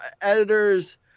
editors